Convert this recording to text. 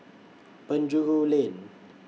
Penjuru Lane